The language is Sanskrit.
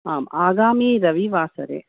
आम् आगामि रविवासरे